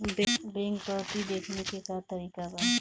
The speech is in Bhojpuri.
बैंक पवती देखने के का तरीका बा?